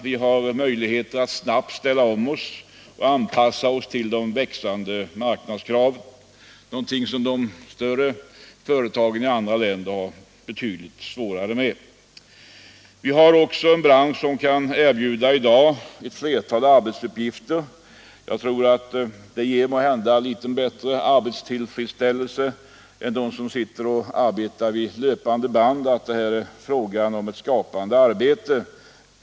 Vi har möjligheter att snabbt ställa om oss och anpassa oss till de växande marknadskraven, något som de större företagen i andra länder har betydligt större svårigheter att göra. Vår bransch kan i dag också erbjuda ett flertal arbetsuppgifter. Denna typ av verksamhet ger måhända en bättre arbetstillfredsställelse än arbete vid ett löpande band, eftersom det är fråga om ett skapande arbete.